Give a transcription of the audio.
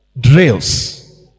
drills